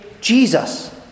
Jesus